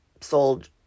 sold